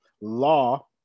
law